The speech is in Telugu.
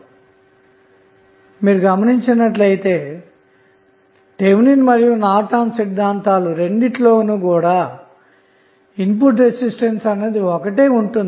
కాబట్టి మీరు గమనించినట్లయితే థెవినిన్ మరియు నార్టన్ సిద్ధాంతాలు రెండింటిలోనూ కూడా ఇన్పుట్ రెసిస్టెన్స్ అన్నది ఒకటే ఉంటుంది